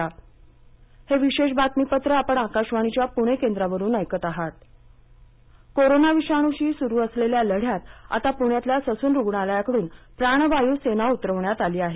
प्राणवायू सेना इंट्रो कोरोना विषाणूशी सुरू असलेल्या लढ्यात आता प्ण्यातल्या ससून रुग्णालयाकडून प्राणवायू सेना उतरवण्यात आली आहे